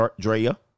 Drea